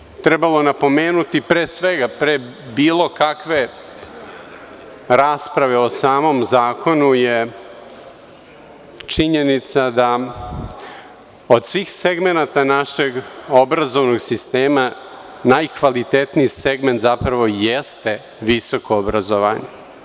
Ono što bi trebalo napomenuti, pre svega, pre bilo kakve rasprave o samom zakonu, je činjenica da od svih segmenata našeg obrazovnog sistema najkvalitetniji segment zapravo jeste visoko obrazovanje.